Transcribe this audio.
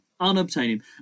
unobtainium